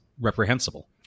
reprehensible